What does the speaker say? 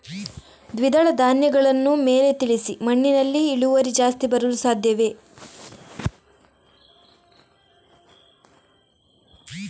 ದ್ವಿದಳ ಧ್ಯಾನಗಳನ್ನು ಮೇಲೆ ತಿಳಿಸಿ ಮಣ್ಣಿನಲ್ಲಿ ಇಳುವರಿ ಜಾಸ್ತಿ ಬರಲು ಸಾಧ್ಯವೇ?